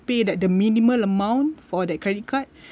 pay that the minimal amount for that credit card